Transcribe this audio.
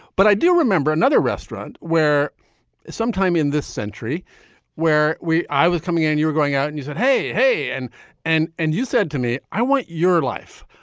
but i do remember another restaurant where sometime in this century where we i was coming and you were going out and you said, hey, hey. and and and you said to me, i want your life.